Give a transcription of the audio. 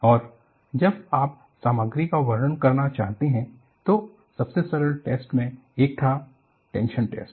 और जब आप सामग्री का वर्णन करना चाहते हैं तो सबसे सरल परीक्षण में से एक था टेंशन परीक्षण